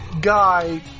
guy